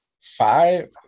Five